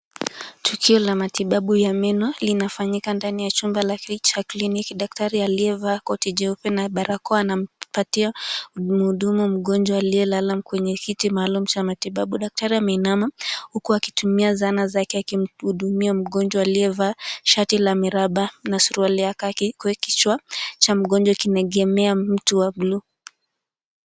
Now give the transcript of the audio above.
Tukio la matibabu ya meno linafanyika ndani ya chumba cha kliniki. Daktari aliyevaa koti jeupe na barakoa anampatia mhudumu mgonjwa aliyelala kwenye kiti maalum cha matibabu. Daktari ameinama huku akitumia zana zake akimhudumia mgonjwa aliyevaa shati la miraba na suruali ya kaki . Kwa kichwa cha mgonjwa, kimeegemea mti wa buluu.